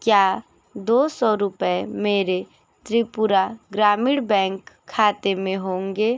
क्या दो सौ रुपये मेरे त्रिपुरा ग्रामीण बैंक खाते में होंगे